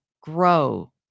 grow